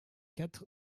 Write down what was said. quatre